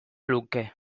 luke